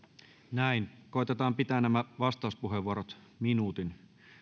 koetetaan pitää nämä vastauspuheenvuorot minuutin